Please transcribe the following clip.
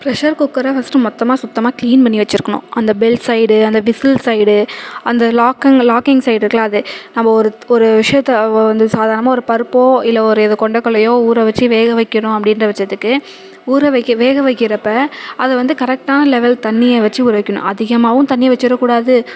pressure குக்கரை first மொத்தமாக சுத்தமாக க்ளீன் பண்ணி வச்சிருக்கணும் அந்த பெல்ட் சைடு அந்த விசில் சைடு அந்த லாக்கிங் லாக்கிங் சைடு இருக்குதுல அது நம்ம ஒரு ஒரு விஷயத்த வந்து சாதாரணமாக ஒரு பருப்போ இல்லை ஒரு எதோ கொண்டக்கல்லையோ ஊற வச்சி வேக வைக்கணும் அப்படின்றபட்சத்துக்கு ஊற வைக்க வேக வைக்கிறப்போ அத வந்து கரெட்டான லெவல் தண்ணியை வச்சி ஊற வைக்கணும் அதிகமாகவும் தண்ணி வச்சிரக்கூடாது